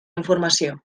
informació